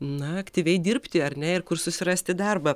na aktyviai dirbti ar ne ir kur susirasti darbą